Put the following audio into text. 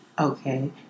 Okay